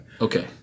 Okay